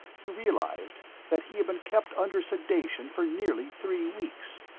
he realized that he had been kept under sedation for nearly three weeks,